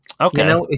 Okay